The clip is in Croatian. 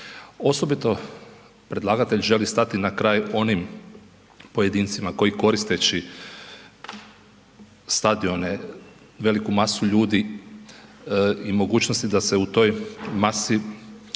Osobito predlagatelj želi stati na kraj onim pojedincima koji koristeći stadione, veliku masu ljudi i mogućnosti da se u toj masi,